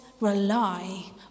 rely